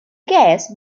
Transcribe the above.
case